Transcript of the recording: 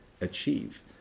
achieve